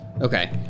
Okay